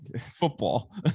football